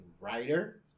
writer